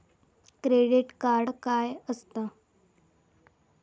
Credit card काय असता?